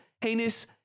heinous